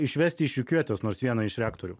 išvesti iš rikiuotės nors vieną iš rektorių